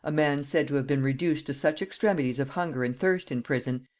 a man said to, have been reduced to such extremities of hunger and thirst in prison,